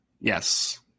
Yes